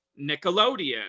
Nickelodeon